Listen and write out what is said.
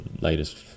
latest